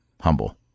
humble